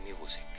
music